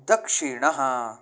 दक्षिणः